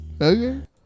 Okay